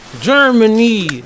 Germany